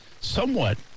somewhat